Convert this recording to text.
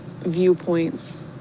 viewpoints